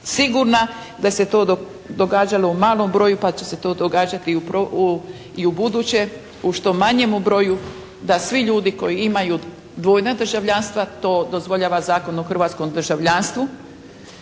sigurna da se to događalo u malom broju pa će se to događati i ubuduće u što manjemu broju, da svi ljudi koji imaju dvojna državljanstva, to dozvoljava Zakon o hrvatskom državljanstvu,